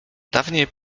dawniej